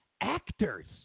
Actors